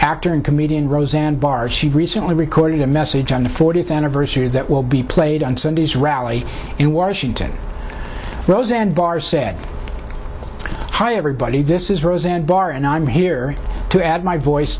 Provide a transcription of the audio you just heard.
actor and comedian roseanne barr's she recently recorded a message on the fortieth anniversary that will be played on sunday's rally in washington roseanne barr said hi everybody this is roseanne barr and i'm here to add my voice